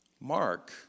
Mark